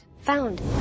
Found